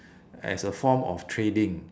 as a form of trading